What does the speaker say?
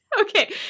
Okay